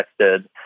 texted